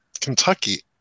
Kentucky